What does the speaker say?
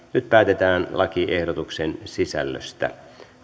nyt päätetään lakiehdotuksen sisällöstä